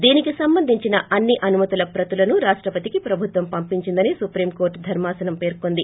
దీనికి సంబందించిన అన్ని అనుమతుల ప్రతులను రాష్టపతికి ప్రభుత్వం పంపించిందని సుప్రీంకోర్టు ధర్మాసనం పేర్కొంది